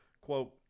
Quote